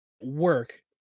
work